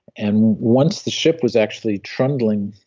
and once the ship was actually trundling,